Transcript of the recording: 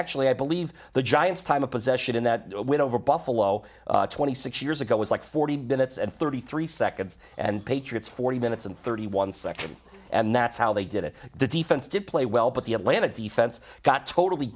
actually i believe the giants time of possession in that window for buffalo twenty six years ago was like forty minutes and thirty three seconds and patriots forty minutes and thirty one seconds and that's how they did it the defense did play well but the atlanta defense got totally